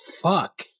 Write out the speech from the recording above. fuck